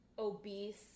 Obese